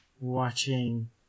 watching